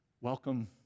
Welcome